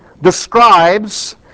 describes